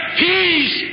peace